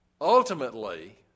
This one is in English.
Ultimately